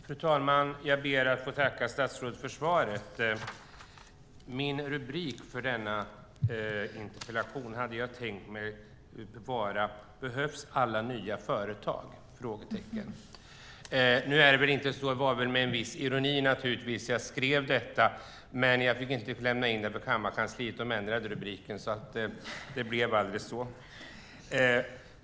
Fru talman! Jag ber att få tacka statsrådet för svaret. Min rubrik för denna interpellation hade jag tänkt mig vara Behövs alla nya företag? Det var naturligtvis med en viss ironi jag skrev detta, men jag fick inte lämna in den så på kammarkansliet, utan de ändrade rubriken.